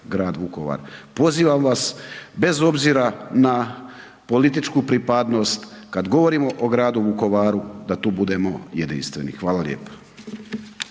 Grad Vukovar. Pozivam vas bez obzira na političku pripadnost, kad govorimo o Gradu Vukovaru, da tu budemo jedinstveni. Hvala lijepo.